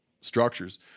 structures